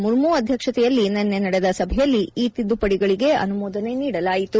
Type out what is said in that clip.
ಮುರ್ಮು ಅಧ್ಲಕ್ಷತೆಯಲ್ಲಿ ನಿನ್ನೆ ನಡೆದ ಸಭೆಯಲ್ಲಿ ಈ ತಿದ್ದುಪಡಿಗಳಿಗೆ ಅನುಮೋದನೆ ನೀಡಲಾಯಿತು